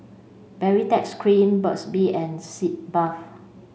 Baritex cream Burt's bee and Sitz bath